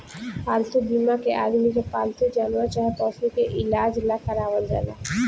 पालतू बीमा के आदमी के पालतू जानवर चाहे पशु के इलाज ला करावल जाला